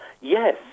Yes